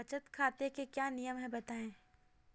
बचत खाते के क्या नियम हैं बताएँ?